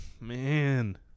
Man